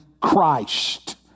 Christ